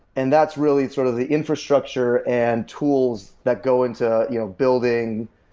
and that's really sort of the infrastructure and tools that go into you know building,